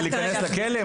להיכנס לכלא?